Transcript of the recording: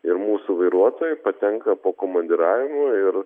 ir mūsų vairuotojai patenka po komandiravimu ir